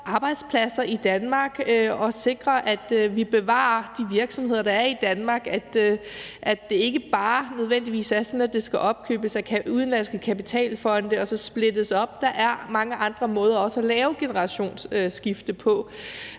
arbejdspladser i Danmark og sikre, at vi bevarer de virksomheder, der er i Danmark; at det ikke nødvendigvis bare er sådan, at de skal opkøbes af udenlandske kapitalfonde og så splittes op. Der er mange andre måder at lave generationsskifte på.